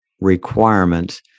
requirements